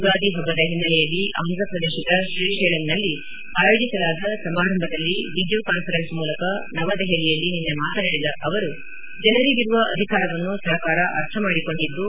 ಯುಗಾದಿ ಹಬ್ಬದ ಹಿನ್ನೆಲೆಯಲ್ಲಿ ಆಂಧಪ್ರದೇಶದ ಶ್ರೀಶೈಲಂನಲ್ಲಿ ಆಯೋಜಿಸಲಾದ ಸಮಾರಂಭದಲ್ಲಿ ವಿಡಿಯೋ ಕಾನ್ವರೆನ್ಸ್ ಮೂಲಕ ನವದೆಹಲಿಯಲ್ಲಿ ನಿನ್ನೆ ಮಾತನಾಡಿದ ಅವರು ಜನರಿಗಿರುವ ಅಧಿಕಾರವನ್ನು ಸರ್ಕಾರ ಅರ್ಥಮಾಡಿಕೊಂಡಿದ್ಲು